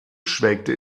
schwelgte